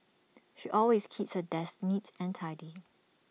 she always keeps her desk neat and tidy